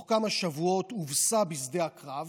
צרפת הובסה בתוך כמה שבועות בשדה הקרב,